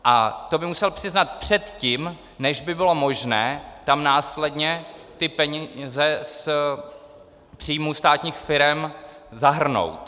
A to by musel přiznat předtím, než by bylo možné tam následně ty peníze z příjmů státních firem zahrnout.